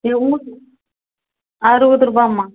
இது ஊட்டி அறுபது ரூபாம்மா